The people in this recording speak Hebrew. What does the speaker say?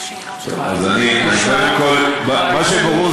מה שברור,